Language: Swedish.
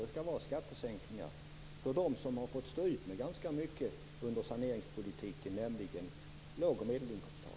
Det skall vara skattesänkningar för dem som har fått stå ut med ganska mycket under saneringspolitiken, nämligen låg och medelinkomsttagarna.